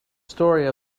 story